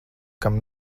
kam